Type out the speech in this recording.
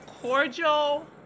Cordial